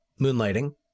Moonlighting